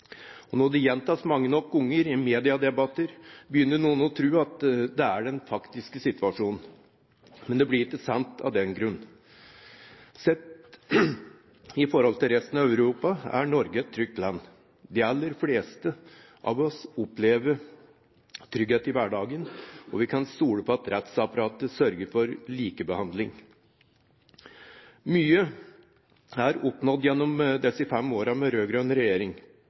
og når det gjentas mange nok ganger i mediedebatter, begynner noen å tro at det er den faktiske situasjonen. Men det blir ikke sant av den grunn. Sett i forhold til resten av Europa er Norge et trygt land. De aller fleste av oss opplever trygghet i hverdagen, og vi kan stole på at rettsapparatet sørger for likebehandling. Mye er oppnådd gjennom disse fem årene med rød-grønn regjering,